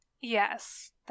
Yes